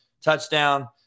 Touchdown